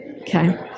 okay